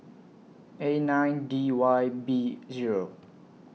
A nine D Y B Zero